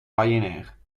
ryanair